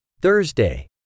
Thursday